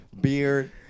beard